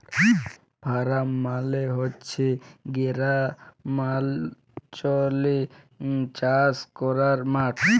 farm মালে হছে গেরামালচলে চাষ ক্যরার মাঠ